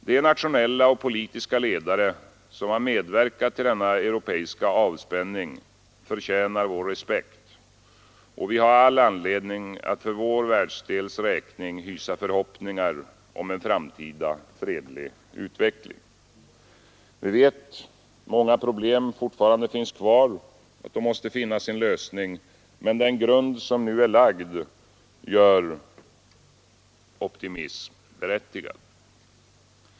De nationer och politiska ledare som medverkat till denna europeiska avspänning förtjänar vår respekt, och vi har all anledning att för vår världsdels räkning hysa förhoppningar om en framtida fredlig utveckling. Vi vet att många problem fortfarande finns kvar och måste finna sin lösning, men den grund som nu är lagd gör optimism berättigad.